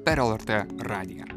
per lrt radiją